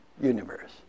universe